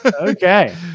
Okay